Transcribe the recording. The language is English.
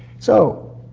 so,